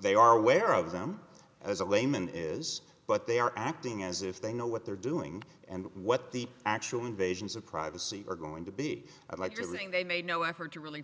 they are aware of them as a layman is but they are acting as if they know what they're doing and what the actual invasions of privacy are going to be i'd like to bring they made no effort to really